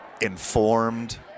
informed